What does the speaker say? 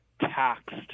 taxed